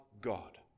God